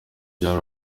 bya